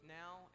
now